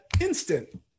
instant